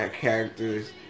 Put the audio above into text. character's